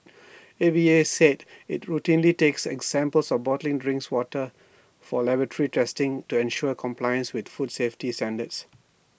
A V A said IT routinely takes examples of bottling drinks water for laboratory testing to ensure compliance with food safety standards